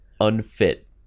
unfit